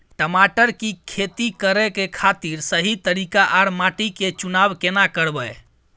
टमाटर की खेती करै के खातिर सही तरीका आर माटी के चुनाव केना करबै?